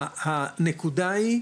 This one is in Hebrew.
הנקודה היא,